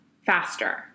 faster